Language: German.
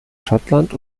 schottland